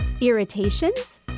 Irritations